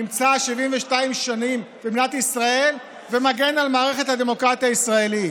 נמצא 72 שנים במדינת ישראל ומגן על מערכת הדמוקרטיה הישראלית.